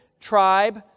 tribe